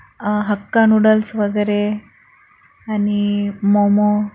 hakka noodles वगैरे आणि मोमो